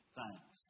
thanks